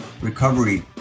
recovery